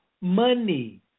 money